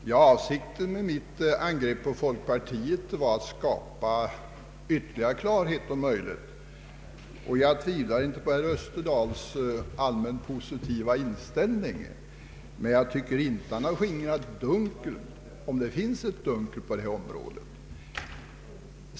Herr talman! Avsikten med mitt angrepp på folkpartiet var att om möjligt skapa ytterligare klarhet. Jag tvivlar inte på herr Österdahls allmänt positiva inställning, men jag tycker inte han har skingrat dunklet — om det finns ett sådant — på detta område.